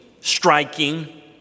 striking